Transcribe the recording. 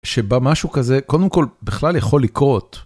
שבה משהו כזה קודם כל בכלל יכול לקרות.